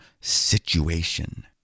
situation